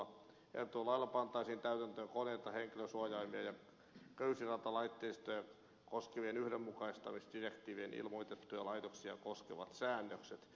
ehdotetulla lailla pantaisiin täytäntöön koneita henkilönsuojaimia ja köysiratalaitteistoja koskevien yhdenmukaistamisdirektii vien ilmoitettuja laitoksia koskevat säännökset